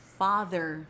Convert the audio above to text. father